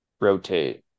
rotate